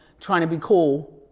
trying to be cool.